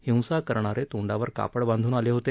हिसा करणारे तोंडावर कापड बांधून आले होते